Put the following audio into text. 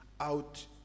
out